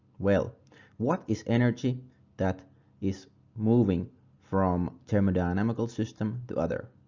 well what is energy that is moving from thermo dynamical system to other?